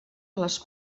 les